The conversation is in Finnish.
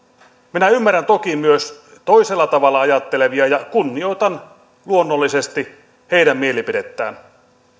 minä ymmärrän toki myös toisella tavalla ajattelevia ja kunnioitan luonnollisesti heidän mielipidettään